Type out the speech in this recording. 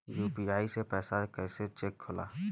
UPI से पैसा कैसे चेक होला?